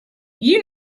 you